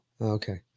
Okay